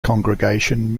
congregation